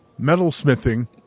metalsmithing